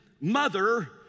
mother